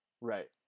Right